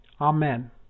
Amen